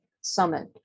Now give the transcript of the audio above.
Summit